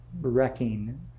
wrecking